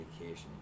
vacation